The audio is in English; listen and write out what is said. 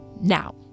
Now